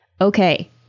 Okay